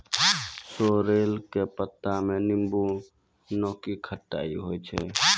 sorrel के पत्ता मॅ नींबू नाकी खट्टाई होय छै